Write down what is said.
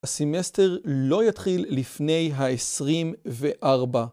הסמסטר לא יתחיל לפני ה-24.